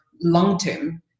long-term